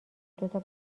دوتا